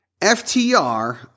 FTR